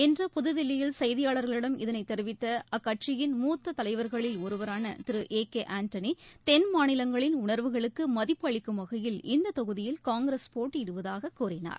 இன்று புதுதில்லியில் செய்தியாளர்களிடம் இதனை அறிவித்த அக்கட்சியின் மூத்த தலைவர்களில் ஒருவரான திரு ஏ கே ஆண்டனி தென்மாநிலங்களின் உணர்வுகளுக்கு மதிப்பு அளிக்கும் வகையில் இந்த தொகுதியில் காங்கிரஸ் தலைவர் போட்டியிடுவதாக கூறினார்